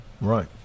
Right